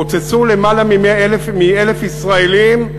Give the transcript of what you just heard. פוצצו יותר מ-1,000 ישראלים,